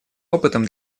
опытом